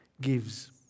gives